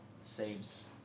saves